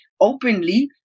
openly